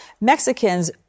Mexicans